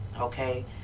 Okay